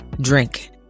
drink